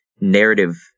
narrative